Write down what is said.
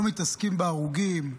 לא מתעסקים בהרוגים,